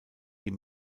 die